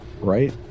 Right